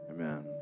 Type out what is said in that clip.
Amen